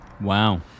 Wow